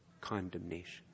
condemnation